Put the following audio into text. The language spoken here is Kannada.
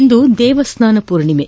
ಇಂದು ದೇವ ಸ್ತಾನ ಪೂರ್ಣಿಮಾ